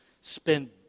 spend